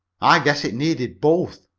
i guess it needed both,